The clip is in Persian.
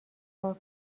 کار